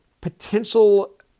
potential